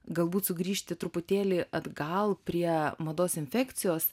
galbūt sugrįžti truputėlį atgal prie mados infekcijos